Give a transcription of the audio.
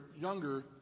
younger